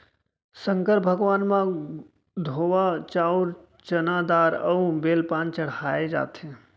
संकर भगवान म धोवा चाउंर, चना दार अउ बेल पाना चड़हाए जाथे